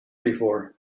before